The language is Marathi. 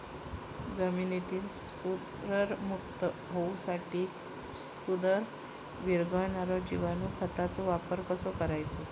जमिनीतील स्फुदरमुक्त होऊसाठीक स्फुदर वीरघळनारो जिवाणू खताचो वापर कसो करायचो?